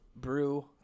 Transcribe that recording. brew